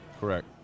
Correct